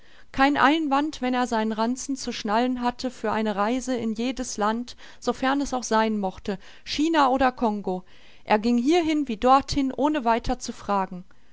kein einwand wenn er seinen ranzen zu schnallen hatte für eine reise in jedes land so fern es auch sein mochte china oder congo er ging hierhin wie dorthin ohne weiter zu fragen